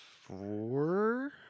four